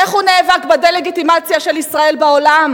איך הוא נאבק בדה-לגיטימציה של ישראל בעולם?